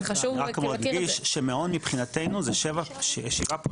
אני רק מדגיש, שמעון מבחינתנו זה שבעה ומעלה.